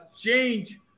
change